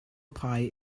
pie